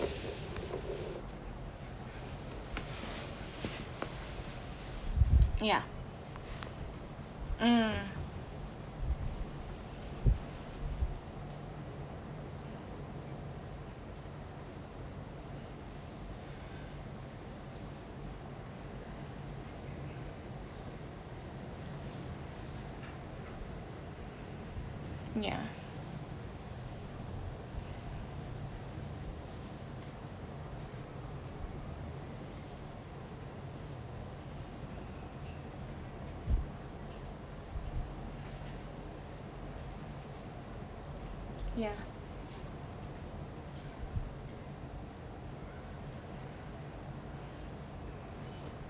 ya mm ya ya